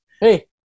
Hey